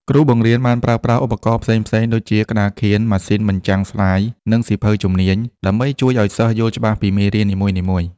គ្រូបង្រៀនបានប្រើប្រាស់ឧបករណ៍ផ្សេងៗដូចជា ក្តារខៀន ម៉ាស៊ីនបញ្ចាំងស្លាយ និងសៀវភៅជំនាញ ដើម្បីជួយឱ្យសិស្សយល់ច្បាស់ពីមេរៀននីមួយៗ។